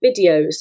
videos